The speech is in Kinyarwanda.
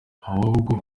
ahubwo